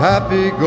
Happy